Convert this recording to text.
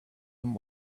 and